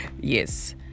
yes